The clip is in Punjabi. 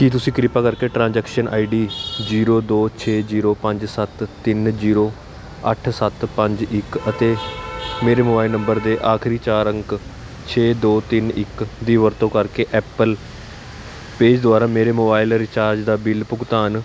ਕੀ ਤੁਸੀਂ ਕ੍ਰਿਪਾ ਕਰਕੇ ਟ੍ਰਾਂਜੈਕਸ਼ਨ ਆਈਡੀ ਜੀਰੋ ਦੋ ਛੇ ਜੀਰੋ ਪੰਜ ਸੱਤ ਤਿੰਨ ਜੀਰੋ ਅੱਠ ਸੱਤ ਪੰਜ ਇੱਕ ਅਤੇ ਮੇਰੇ ਮੋਬਾਈਲ ਨੰਬਰ ਦੇ ਆਖਰੀ ਚਾਰ ਅੰਕਾਂ ਛੇ ਦੋ ਤਿੰਨ ਇੱਕ ਦੀ ਵਰਤੋਂ ਕਰਕੇ ਐਪਲ ਪੇ ਦੁਆਰਾ ਮੇਰੇ ਮੋਬਾਈਲ ਰੀਚਾਰਜ ਜਾਂ ਬਿੱਲ ਭੁਗਤਾਨ